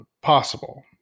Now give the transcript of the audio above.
possible